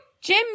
Jim